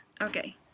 okay